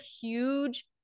huge